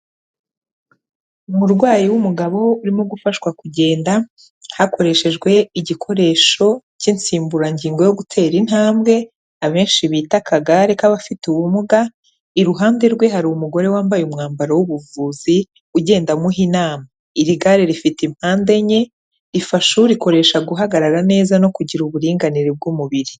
Umurwayi w'umugabo urimo gufashwa kugenda, hakoreshejwe igikoresho cy'insimburangingo yo gutera intambwe, abenshi bita akagare k'abafite ubumuga, iruhande rwe hari umugore wambaye umwambaro w'ubuvuzi, ugenda amuha inama. Iri gare rifite impande enye, rifasha urikoresha guhagarara neza no kugira uburinganire bw'umubiri.